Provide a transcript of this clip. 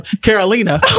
Carolina